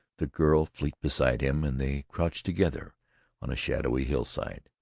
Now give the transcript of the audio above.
the girl fleet beside him, and they crouched together on a shadowy hillside.